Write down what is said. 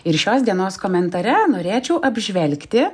ir šios dienos komentare norėčiau apžvelgti